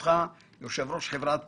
אותך, יושב-ראש חברת